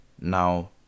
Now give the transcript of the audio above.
now